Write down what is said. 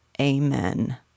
amen